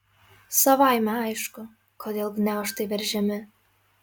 savaime aišku kodėl gniaužtai veržiami